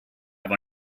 have